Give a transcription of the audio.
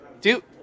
Dude